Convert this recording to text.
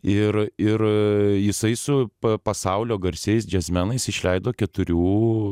ir ir jisai su pasaulio garsiais džiazmenais išleido keturių